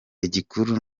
igikuru